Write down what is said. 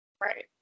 Right